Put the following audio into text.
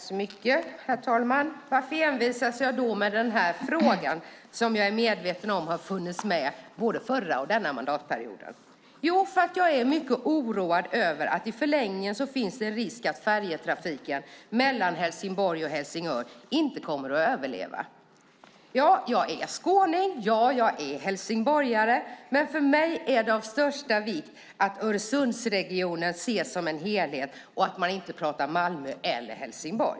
Herr talman! Varför envisas jag då med den här frågan som jag är medveten om har funnits med både den förra och denna mandatperiod? Jo, därför att jag är mycket oroad över att det i förlängningen finns en risk att färjetrafiken mellan Helsingborg och Helsingör inte kommer att överleva. Ja, jag är skåning, ja, jag är helsingborgare, men för mig är det av största vikt att Öresundsregionen ses som en helhet och att man inte pratar Malmö eller Helsingborg.